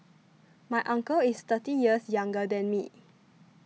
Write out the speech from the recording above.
my uncle is thirty years younger than me